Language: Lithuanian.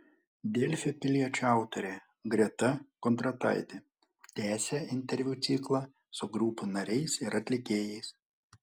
delfi piliečio autorė greta kondrataitė tęsia interviu ciklą su grupių nariais ir atlikėjais